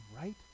right